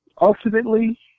ultimately